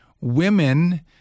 women